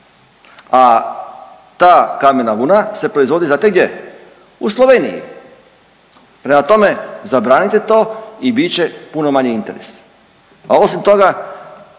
a ta kamena vuna se proizvodi znate gdje u Sloveniji. Prema tome, zabranite to i bit će puno manji interes, a osim toga